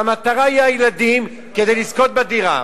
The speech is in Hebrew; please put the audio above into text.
והמטרה היא הילדים כדי לזכות בדירה.